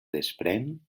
desprèn